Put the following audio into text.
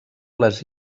les